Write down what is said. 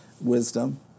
wisdom